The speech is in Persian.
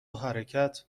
حرکت